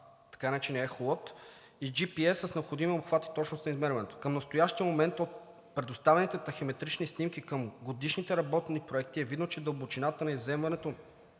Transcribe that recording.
така наречения ехолот, и джипиес с необходимия обхват и точност на измерването. Към настоящия момент от предоставените тахиметрични снимки към годишните работни проекти е видно, че дълбочината на изземването